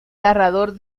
narrador